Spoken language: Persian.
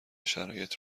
شرایط